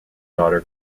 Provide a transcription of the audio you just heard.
daughter